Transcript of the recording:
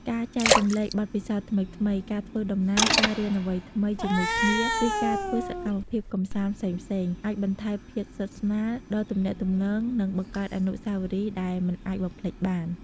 ការចែករំលែកបទពិសោធន៍ថ្មីៗ ការធ្វើដំណើរ ការរៀនអ្វីថ្មីជាមួយគ្នា ឬការធ្វើសកម្មភាពកម្សាន្តផ្សេងៗ អាចបន្ថែមភាពស្និទ្ធស្នាលដល់ទំនាក់ទំនង និងបង្កើតអនុស្សាវរីយ៍ដែលមិនអាចបំភ្លេចបាន។